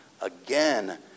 again